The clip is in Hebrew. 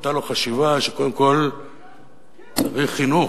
היתה לו חשיבה שקודם כול צריך חינוך,